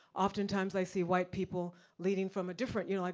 oftentimes, i see white people leading from a different you know like,